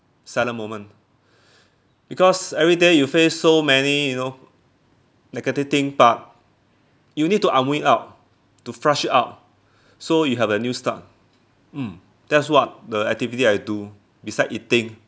silent moment because every day you face so many you know negative thing but you need to unwind out to flush it out so you have a new start mm that's what the activity I do beside eating